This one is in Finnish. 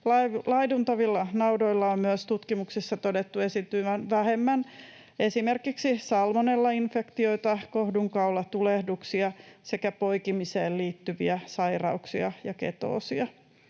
Laiduntavilla naudoilla on myös tutkimuksessa todettu esiintyvän vähemmän esimerkiksi salmonellainfektioita, kohdunkaulan tulehduksia sekä poikimiseen liittyviä sairauksia ja ketoosia.